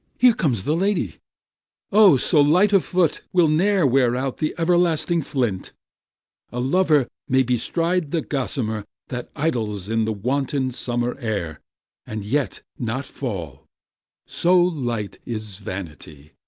here comes the lady o, so light a foot will ne'er wear out the everlasting flint a lover may bestride the gossamer that idles in the wanton summer air and yet not fall so light is vanity.